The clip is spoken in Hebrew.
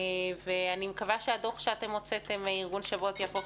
אני מקווה שהדוח של ארגון "שוות" יהפוך